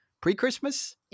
Pre-Christmas